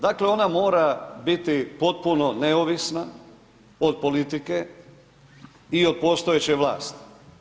Dakle, ona mora biti potpuno neovisna od politike i od postojeće vlasti.